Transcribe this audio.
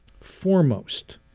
foremost